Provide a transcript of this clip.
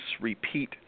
repeat